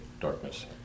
darkness